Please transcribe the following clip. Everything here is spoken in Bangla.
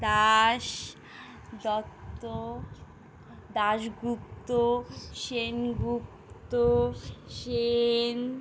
দাস দত্ত দাশগুপ্ত সেনগুপ্ত সেন